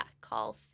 call